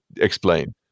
explain